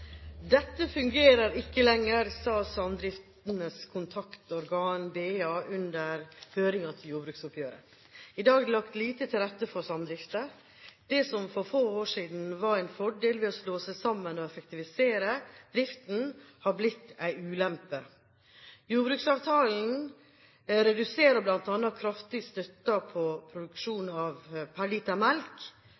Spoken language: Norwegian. Dette fungerer ikke lenger, sa Samdriftenes Kontaktorgan BA under høringen i jordbruksoppgjøret. I dag er det lagt lite til rette for samdrifter. Det som for få år siden var en fordel – å slå seg sammen og effektivisere driften – har blitt en ulempe. Jordbruksavtalen reduserer bl.a. kraftig støtten på produksjon